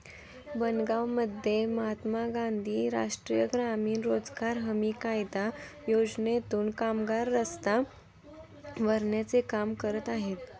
बनगावमध्ये महात्मा गांधी राष्ट्रीय ग्रामीण रोजगार हमी कायदा योजनेतून कामगार रस्ता भरण्याचे काम करत आहेत